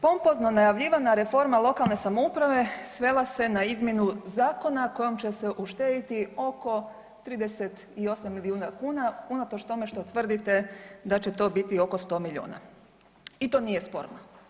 Pompozno najavljivana reforma lokalne samouprave svela se na izmjenu zakona kojim će se uštediti oko 38 milijuna kuna, unatoč tome što tvrdite da će to biti oko 100 milijuna i to nije sporno.